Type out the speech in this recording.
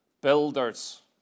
builders